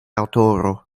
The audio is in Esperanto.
aŭtoro